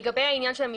לגבי הממשקים.